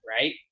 Right